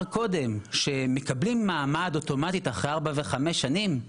קודם שמקבלים מעמד אוטומטית אחרי ארבע וחמש שנים,